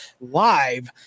live